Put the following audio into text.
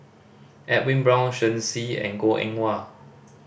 Edwin Brown Shen Xi and Goh Eng Wah